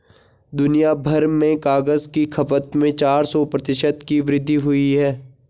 दुनियाभर में कागज की खपत में चार सौ प्रतिशत की वृद्धि हुई है